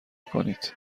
کنید